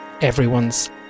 Everyone's